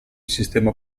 sistema